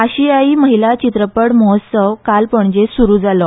आशियायी महिला चित्रपट महोत्सव काल पणजेंत सुरू जालो